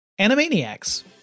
Animaniacs